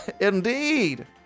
Indeed